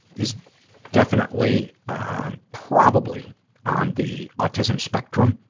is definitely um probably on the autism spectrum,